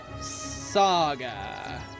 Saga